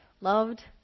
loved